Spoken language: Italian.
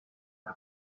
per